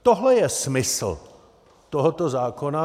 Tohle je smysl tohoto zákona.